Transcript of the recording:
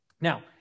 Now